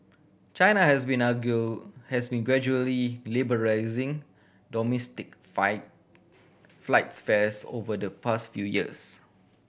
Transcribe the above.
China has been argue has been gradually domestic fight flights fares over the past few years